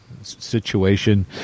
situation